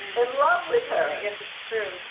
in love with her yes, it's true,